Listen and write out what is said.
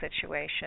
situation